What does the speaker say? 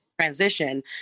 transition